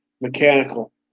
mechanical